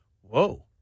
Whoa